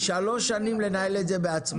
- שלוש שנים לנהל את זה בעצמם.